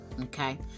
okay